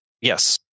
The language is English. yes